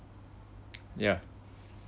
yeah